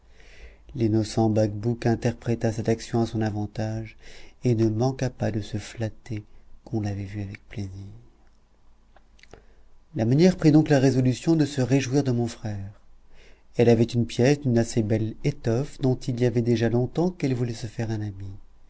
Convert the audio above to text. l'innocent bacbouc interpréta cette action à son avantage et ne manqua pas de se flatter qu'on l'avait vu avec plaisir la meunière prit donc la résolution de se réjouir de mon frère elle avait une pièce d'une assez belle étoffe dont il y avait déjà longtemps qu'elle voulait se faire un habit